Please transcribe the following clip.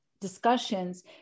discussions